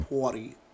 party